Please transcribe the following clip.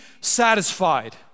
satisfied